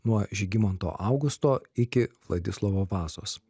nuo žygimanto augusto iki vladislovo vazos